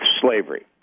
slavery